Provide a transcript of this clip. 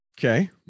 Okay